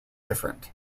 different